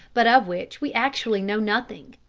but of which we actually know nothing.